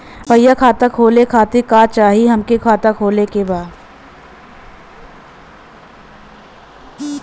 भईया खाता खोले खातिर का चाही हमके खाता खोले के बा?